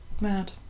Mad